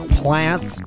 plants